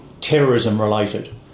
terrorism-related